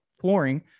flooring